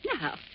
Now